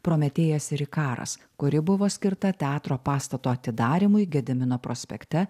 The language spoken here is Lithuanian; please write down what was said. prometėjas ir ikaras kuri buvo skirta teatro pastato atidarymui gedimino prospekte